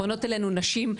פונות אלינו נשים,